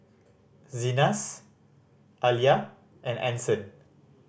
Zenas Aaliyah and Anson